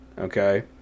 okay